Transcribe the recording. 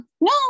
no